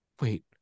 wait